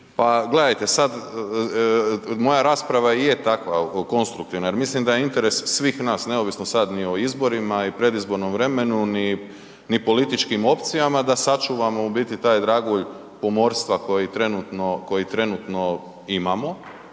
Pa gledajte, sad moja rasprava i je takva, konstruktivna jer mislim da je interes svih nas, neovisno sad ni o izborima i predizbornom vremenu ni političkim opcijama da sačuvamo u biti taj dragulj pomorstva koji trenutno imamo,